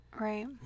Right